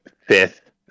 fifth